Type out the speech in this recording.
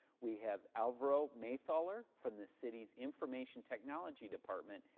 we have alvaro maythaler from the city's information technology department,